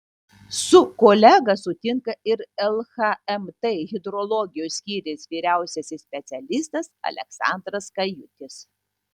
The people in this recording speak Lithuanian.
su kolega sutinka ir lhmt hidrologijos skyriaus vyriausiasis specialistas aleksandras kajutis